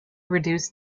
reduce